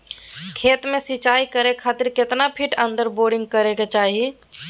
खेत में सिंचाई करे खातिर कितना फिट अंदर बोरिंग करे के चाही?